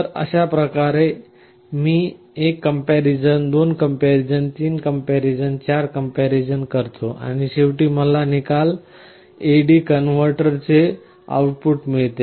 तर अशाप्रकारे मी 1 कंपॅरीझन 2 कंपॅरीझन 3 कंपॅरीझन आणि 4 कंपॅरीझन करतो आणि शेवटी मला निकाल AD कन्व्हर्टर चे आउटपुट मिळते